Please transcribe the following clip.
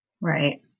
Right